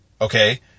okay